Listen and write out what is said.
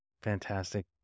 Fantastic